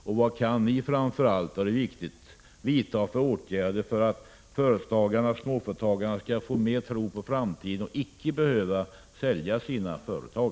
Och framför allt, för det är viktigt: Vad kan vi vidta för åtgärder för att småföretagarna skall få mer tro på framtiden och icke behöva sälja sina företag?